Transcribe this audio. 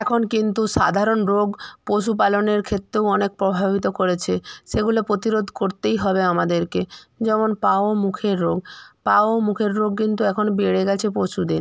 এখন কিন্তু সাধারণ রোগ পশুপালনের ক্ষেত্রেও অনেক প্রভাবিত করেছে সেগুলো প্রতিরোধ করতেই হবে আমাদেরকে যেমন পা ও মুখের রোগ পা ও মুখের রোগ কিন্তু এখন বেড়ে গেছে পশুদের